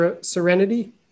Serenity